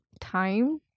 time